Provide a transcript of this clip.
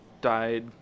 died